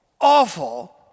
awful